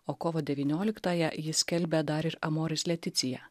o kovo devynioliktąją jis skelbia dar ir amoris leticija